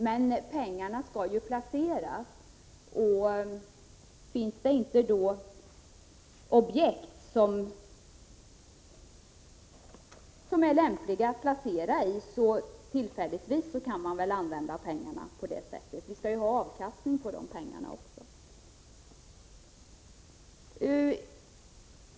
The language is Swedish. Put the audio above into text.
Men pengarna skall ju placeras, och om det inte finns objekt som är lämpliga att placera pengar i kan man väl tillfälligtvis använda pengarna på det sättet. Vi skall ju ha avkastning på pengarna.